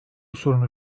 sorunu